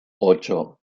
ocho